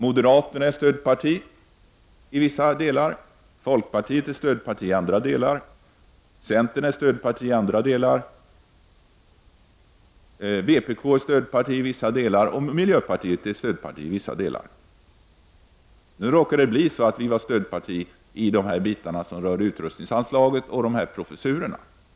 Moderaterna är stödparti i vissa delar, folkpartiet är stödparti i andra delar, centerpartiet är stödparti i ytterligare andra delar, vpk är stödparti i vissa delar och miljöpartiet är stödparti i vissa delar. Nu råkade vi bli stödparti i de delar som rörde utrustningsanslaget och de professurer som jag har talat om.